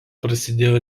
prasidėjo